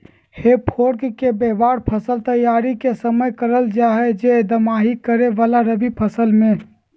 हे फोर्क के व्यवहार फसल तैयारी के समय करल जा हई, जैसे दमाही करे वाला रवि फसल मे